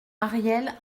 ariel